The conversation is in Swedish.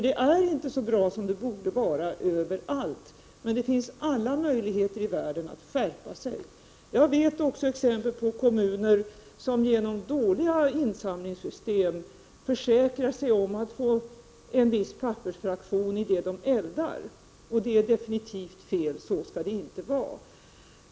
Det är inte så bra som det borde vara överallt, men det finns alla möjligheter i världen att skärpa sig. Jag har också exempel på kommuner som genom dåliga insamlingssystem försäkrar sig om att få en viss pappersfraktion i det de eldar. Det är definitivt fel. Så skall det inte vara.